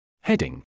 Heading